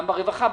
גם ברווחה,